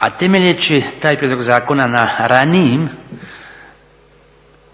a temeljeći taj prijedlog zakona na ranijim